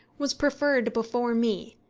was preferred before me,